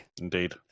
Indeed